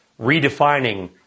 redefining